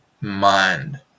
mind